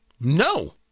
no